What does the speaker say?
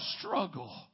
struggle